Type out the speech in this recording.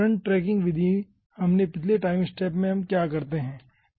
front tracking विधि में हमने पिछले टाइम स्टैप में क्या करते है